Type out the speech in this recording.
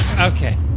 Okay